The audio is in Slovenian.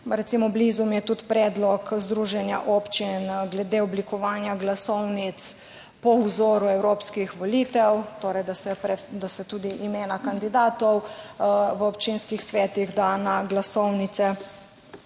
recimo tudi predlog Združenja občin glede oblikovanja glasovnic po vzoru evropskih volitev, torej da se tudi imena kandidatov v občinskih svetih da na glasovnice.